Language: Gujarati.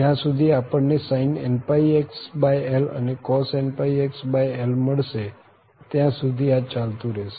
જ્યાં સુધી આપણ ને sin nπxl અને cos nπxl મળશે ત્યાં સુધી આ ચાલતું રહશે